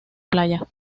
playa